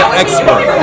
expert